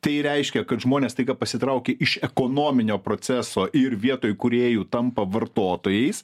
tai reiškia kad žmonės staiga pasitraukė iš ekonominio proceso ir vietoj kūrėjų tampa vartotojais